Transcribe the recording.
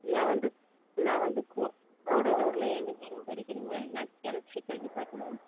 நான் வந்து நான் வந்து கூடலூரில் இன்ஜினியரிங் படிக்கிறேன்ங்க எலெக்ட்ரிக்கல் டிபார்ட்மெண்ட்